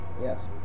Yes